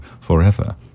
forever